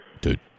dude